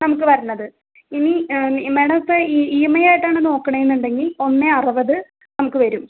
നമുക്ക് വരണത് ഇനി മേഡ ഇപ്പം ഇ ഈ എം ഐയായിട്ടാണ് നോക്കണേന്നുണ്ടെങ്കിൽ ഒന്ന് അറുപത് നമുക്ക് വരും